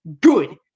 Good